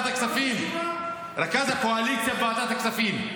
רכז הקואליציה בוועדת הכספים,